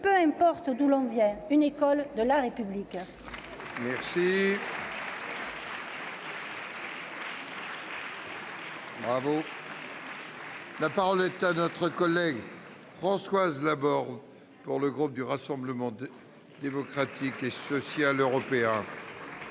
peu importe d'où l'on vient : une école de la République ! La parole est à Mme Françoise Laborde, pour le groupe du Rassemblement Démocratique et Social Européen.